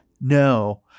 No